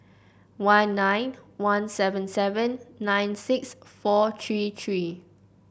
one nine one seven seven nine six four three three